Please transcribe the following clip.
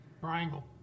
Triangle